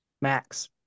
Max